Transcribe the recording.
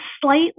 slightly